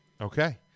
Okay